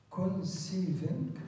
conceiving